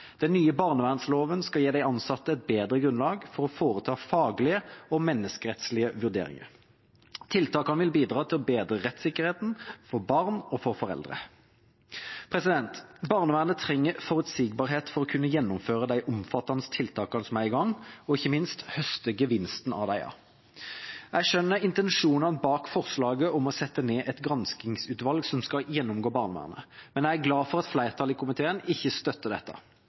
Den nye barnevernloven skal gi de ansatte et bedre grunnlag for å foreta faglige og menneskerettslige vurderinger. Tiltakene vil bidra til å bedre rettssikkerheten for barn og foreldre. Barnevernet trenger forutsigbarhet for å kunne gjennomføre de omfattende tiltakene som er i gang, og ikke minst høste gevinstene av disse. Jeg skjønner intensjonene bak forslaget om å sette ned et granskingsutvalg som skal gjennomgå barnevernet, men jeg er glad for at flertallet i komiteen ikke støtter dette.